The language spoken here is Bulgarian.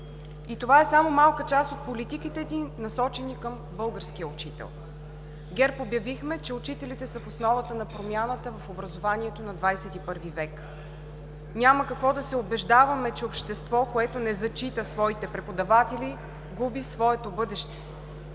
И това е само малка част от политиките, насочени към българския учител. ГЕРБ обявихме, че учителите са в основата на промяната в образованието на 21 век. Няма какво да се убеждаваме, че общество, което не зачита своите преподаватели, губи своето бъдеще.